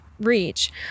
reach